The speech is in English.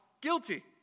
guilty